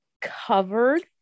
covered